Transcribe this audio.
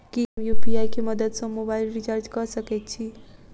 की हम यु.पी.आई केँ मदद सँ मोबाइल रीचार्ज कऽ सकैत छी?